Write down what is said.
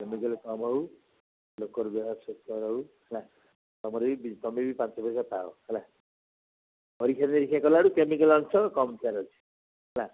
chemical କମ୍ ହଉ ଲୋକର୍ ହଉ ହେଲା ତୁମର ବି ତୁମେ ବି ପାଞ୍ଚ ଛଅ ପଇସା ପାଅ ହେଲା ପରୀକ୍ଷା ନିରୀକ୍ଷା କଲାବେଳକୁ କେମିକାଲ ଅଂଶ କମ୍ ଥିବାର ଅଛି ହେଲା